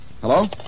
Hello